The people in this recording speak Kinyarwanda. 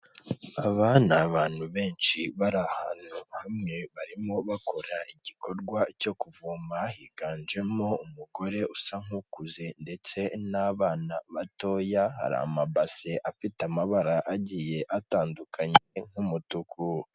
Aba ni abantu benshi bari ahantu hamwe barimo bakora igikorwa cyo kuvoma, higanjemwo umugore usa nk'ukuze ndetse n'abana batoya, hari amabase afite amabara agiye atandukanye nk'umutuku.